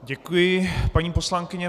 Děkuji, paní poslankyně.